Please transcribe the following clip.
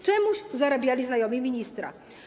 Czemuś zarabiali znajomi ministra.